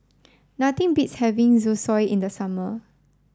nothing beats having Zosui in the summer